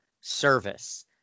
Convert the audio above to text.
Service